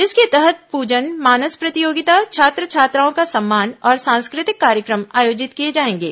इसके तहत प्रजन मानस प्रतियोगिता छात्र छात्राओं का सम्मान और सांस्कृतिक कार्यक्रम आयोजित किए जाएंगे